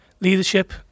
leadership